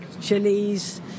chilies